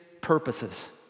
purposes